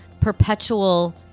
perpetual